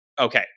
okay